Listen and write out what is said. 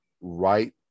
right